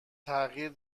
تغییر